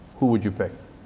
who would you pick?